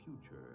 future